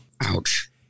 Ouch